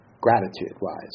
gratitude-wise